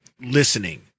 listening